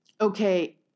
Okay